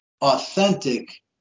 authentic